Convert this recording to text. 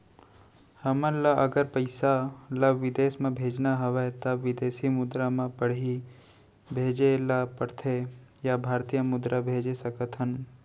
हमन ला अगर पइसा ला विदेश म भेजना हवय त विदेशी मुद्रा म पड़ही भेजे ला पड़थे या भारतीय मुद्रा भेज सकथन का?